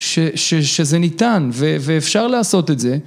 שזה ניתן ואפשר לעשות את זה